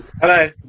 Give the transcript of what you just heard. hello